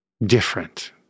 Different